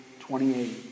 28